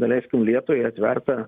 daleiskim lietuvai atverta